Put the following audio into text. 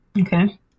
Okay